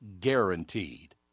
guaranteed